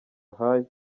haye